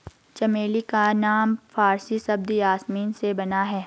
चमेली का नाम फारसी शब्द यासमीन से बना है